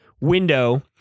window